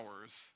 hours